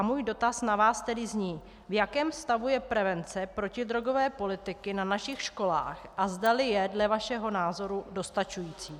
Můj dotaz na vás tedy zní, v jakém stavu je prevence protidrogové politiky na našich školách a zdali je, dle vašeho názoru, dostačující.